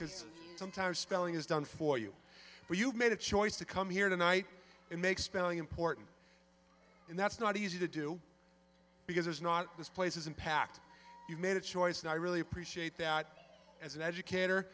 because sometimes spelling is done for you but you've made a choice to come here tonight and make spelling important and that's not easy to do because there's not this places impact you made a choice and i really appreciate that as an educator